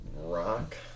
rock